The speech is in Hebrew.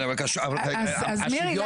אז מירי,